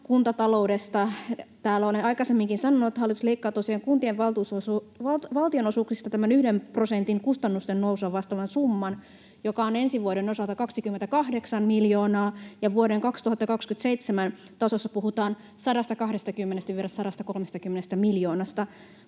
Täällä olen jo aikaisemminkin sanonut, että hallitus leikkaa tosiaan kuntien valtionosuuksista tämän yhden prosentin kustannusten nousua vastaavan summan, joka on ensi vuoden osalta 28 miljoonaa, ja vuoden 2027 tasossa puhutaan 120—130 miljoonasta.